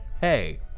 hey